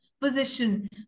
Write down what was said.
position